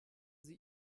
sie